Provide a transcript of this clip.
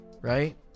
right